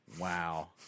Wow